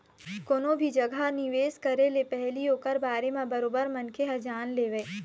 कोनो भी जघा निवेश करे ले पहिली ओखर बारे म बरोबर मनखे ह जान लेवय